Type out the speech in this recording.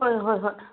ꯍꯣꯏ ꯍꯣꯏ ꯍꯣꯏ